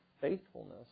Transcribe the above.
faithfulness